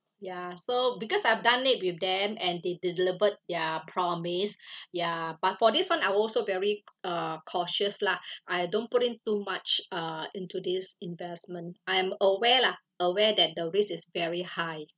ya so because I've done it with them and they delivered their promise ya but for this one I also very uh cautious lah I don't put in too much uh into this investment I'm aware lah aware that the risk is very high